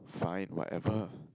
fine whatever